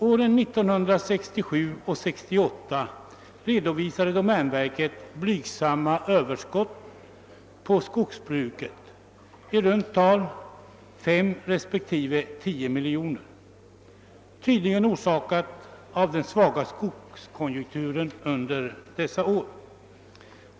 Åren 1967 och 1968 redovisade domänverket blygsamma överskott på skogsbruket, i runda tal 5 respektive 10 miljoner kronor, tydligen orsakade av den svaga skogskonjunkturen under dessa år.